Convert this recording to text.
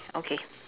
okay